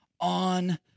on